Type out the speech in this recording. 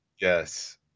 Yes